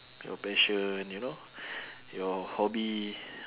your passion you know your hobby